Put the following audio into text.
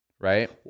Right